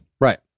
Right